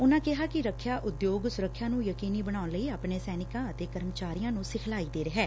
ਉਨਾਂ ਕਿਹਾ ਕਿ ਰੱਖਿਆ ਉਦਯੋਗ ਸੁਰੱਖਿਆ ਨੂੰ ਯਕੀਨੀ ਬਣਾਉਣ ਲਈ ਆਪਣੇ ਸੈਨਿਕਾਂ ਅਤੇ ਕਰਮਚਾਰੀਆਂ ਨੂੰ ਸਿਖਲਾਈ ਦੇ ਰਿਹੈ